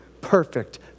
perfect